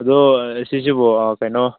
ꯑꯗꯣ ꯑꯁꯤꯁꯤꯕꯨ ꯑꯥ ꯀꯩꯅꯣ